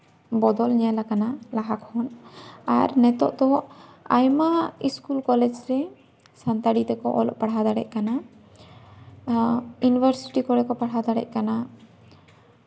ᱵᱚᱫᱚᱞ ᱧᱮᱞ ᱠᱟᱱᱟ ᱞᱟᱦᱟ ᱠᱷᱚᱱ ᱟᱨ ᱱᱤᱛᱚᱜ ᱫᱚ ᱟᱭᱢᱟ ᱤᱥᱠᱩᱞ ᱠᱚᱞᱮᱡᱽ ᱨᱮ ᱥᱟᱱᱛᱟᱲᱤ ᱛᱮᱠᱚ ᱚᱞᱚᱜ ᱯᱟᱲᱦᱟᱣ ᱫᱟᱲᱮᱭᱟᱜ ᱠᱟᱱᱟ ᱤᱭᱩᱱᱤᱵᱷᱟᱨᱥᱤᱴᱤ ᱠᱚᱨᱮᱜ ᱠᱚ ᱯᱟᱲᱦᱟᱣ ᱫᱟᱲᱮᱭᱟᱜ ᱠᱟᱱᱟ